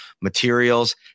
materials